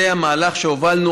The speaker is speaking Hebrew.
זה המהלך שהובלנו.